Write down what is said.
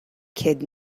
kid